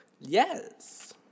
Yes